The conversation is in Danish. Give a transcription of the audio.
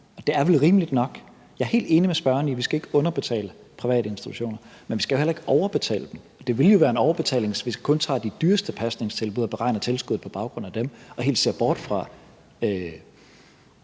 er vel rimeligt nok. Jeg er helt enig med spørgeren i, at vi ikke skal underbetale private institutioner, men vi skal jo heller ikke overbetale dem. Det ville jo være en overbetaling, hvis vi kun tager de dyreste pasningstilbud og beregner tilskuddet på baggrund af dem og helt ser bort fra